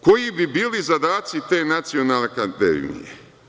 Koji bi bili zadaci te Nacionalne akademije?